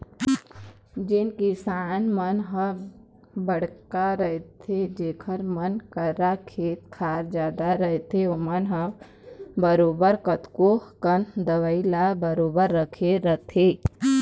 जेन किसान मन ह बड़का रहिथे जेखर मन करा खेत खार जादा रहिथे ओमन ह बरोबर कतको कन दवई ल बरोबर रखे रहिथे